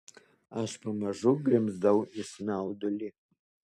aš pamažu grimzdau į snaudulį